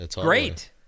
great